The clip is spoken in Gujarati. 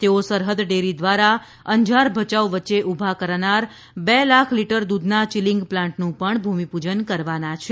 તેઓ સરહદ ડેરી દ્વારા અંજાર ભયાઉ વચ્ચે ઉભા કરાનાર બે લાખ લીટર દૂધના ચિલિંગ પ્લાન્ટનું ભૂમિપૂજન પણ કરવાના છે